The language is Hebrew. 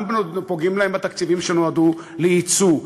גם פוגעים להם בתקציבים שנועדו ליצוא.